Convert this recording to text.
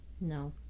No